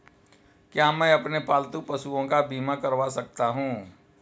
क्या मैं अपने पालतू पशुओं का बीमा करवा सकता हूं?